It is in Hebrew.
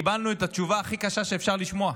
קיבלנו את התשובה הכי קשה שאפשר לשמוע: